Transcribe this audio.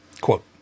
quote